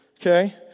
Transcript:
Okay